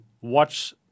watch